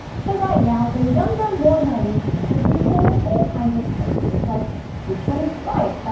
so right now the younger more naive me would be full of all kinds of questions like which one is right,